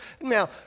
Now